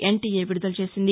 NTA విడుదల చేసింది